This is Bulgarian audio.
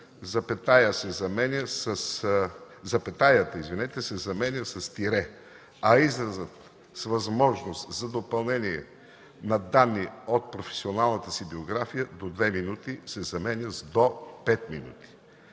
запетаята се заменя с тире, а изразът „с възможност за допълнение на данни от професионалната си биография до две минути” се заменя с „до пет минути”.